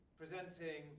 presenting